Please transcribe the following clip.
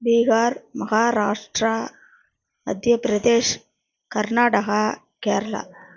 Bihar Maharashtra Madhya Pradesh Karnataka Kerala